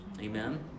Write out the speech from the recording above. Amen